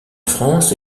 france